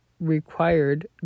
required